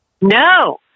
No